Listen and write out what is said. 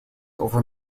over